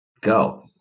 go